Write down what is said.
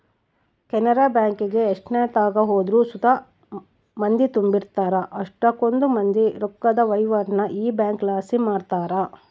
ಕೆನರಾ ಬ್ಯಾಂಕಿಗೆ ಎಷ್ಟೆತ್ನಾಗ ಹೋದ್ರು ಸುತ ಮಂದಿ ತುಂಬಿರ್ತಾರ, ಅಷ್ಟಕೊಂದ್ ಮಂದಿ ರೊಕ್ಕುದ್ ವಹಿವಾಟನ್ನ ಈ ಬ್ಯಂಕ್ಲಾಸಿ ಮಾಡ್ತಾರ